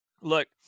Look